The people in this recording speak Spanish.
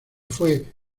fue